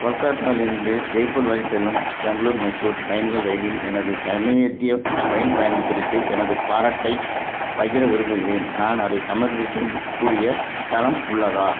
கொல்கத்தாவிலிருந்து ஜெய்ப்பூர் வரை செல்லும் பெங்களூர் மைசூர் பயணிகள் ரயிலின் எனது சமீபத்திய ரயில் பயணம் குறித்து எனது பாராட்டைப் பகிர விரும்புகிறேன் நான் அதை சமர்ப்பிக்கக் கூடிய தளம் உள்ளதா